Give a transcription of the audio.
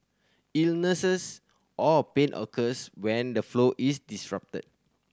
illnesses or pain occurs when the flow is disrupted